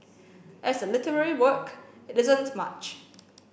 as a literary work it isn't much